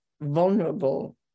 vulnerable